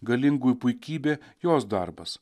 galingųjų puikybė jos darbas